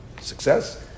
success